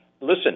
Listen